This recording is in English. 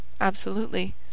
Absolutely